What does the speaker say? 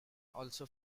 also